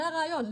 זה הרעיון.